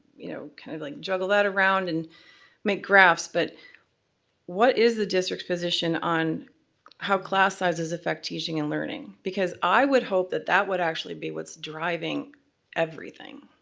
you know kind of like juggle that around and make graphs, but what is the district's position on how class sizes effect teaching and learning? because i would hope that, that would actually be what's driving everything.